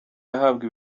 ahabwa